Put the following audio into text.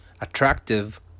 attractive